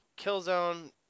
Killzone